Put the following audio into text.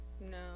No